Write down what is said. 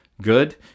good